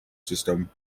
system